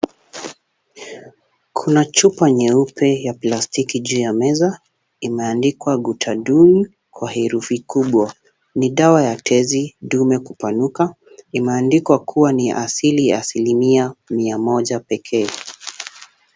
Kuna chupa nyeupe ya plastiki juu ya meza imeandikwa Gutadune kwa herufi kubwa. Ni dawa ya tezi dume kupanuka imeandikwa kuwa ni asili asilimia mia moja pekee